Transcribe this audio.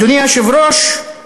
אדוני היושב-ראש,